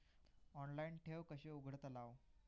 Online ठेव कशी उघडतलाव?